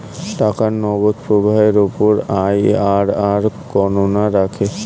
টাকার নগদ প্রবাহের উপর আইআরআর গণনা রাখে